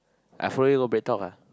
I follow you go BreadTalk ah